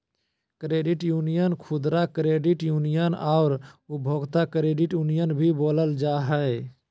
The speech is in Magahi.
क्रेडिट यूनियन खुदरा क्रेडिट यूनियन आर उपभोक्ता क्रेडिट यूनियन भी बोलल जा हइ